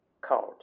called